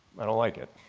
i don't like it.